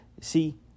See